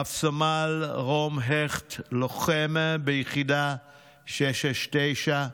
רב-סמל רום הכט, לוחם ביחידה 669,